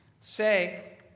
say